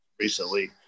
recently